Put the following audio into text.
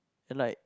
and like